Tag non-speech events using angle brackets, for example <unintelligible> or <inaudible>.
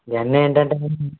ఇవన్నీ ఏంటంటే <unintelligible>